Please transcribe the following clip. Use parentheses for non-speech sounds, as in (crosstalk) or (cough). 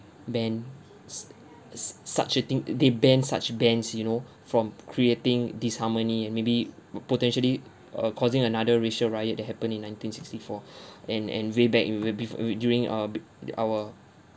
band s~ s~ such a thing they banned such bands you know (breath) from creating disharmony and maybe would potentially uh causing another racial riot that happened in nineteen sixty four (breath) and and way back it will be during err our